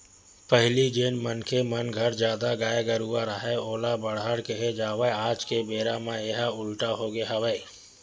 पहिली जेन मनखे मन घर जादा गाय गरूवा राहय ओला बड़हर केहे जावय आज के बेरा म येहा उल्टा होगे हवय